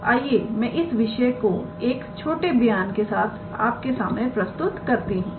तो आइए मैं इस विषय को एक छोटे बयान के साथ आपके सामने प्रस्तुत करती हूं